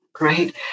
right